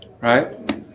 Right